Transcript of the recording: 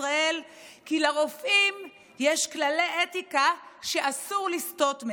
ישראל כי לרופאים יש כללי אתיקה שאסור לסטות מהם.